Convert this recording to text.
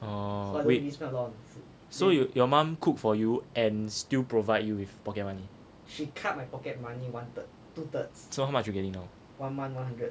oh wait so your your mum cook for you and still provide you with pocket money so how much you getting now